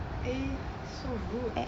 eh so rude